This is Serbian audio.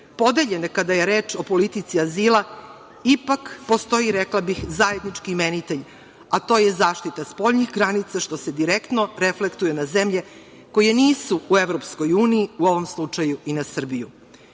podeljene kada je reč o politici azila, ipak postoji, rekla bih, zajednički imenitelj, a to je zaštita spoljnih granica, što se direktno reflektuje na zemlje koje nisu u EU, u ovom slučaju i na Srbiju.